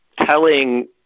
telling